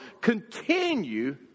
continue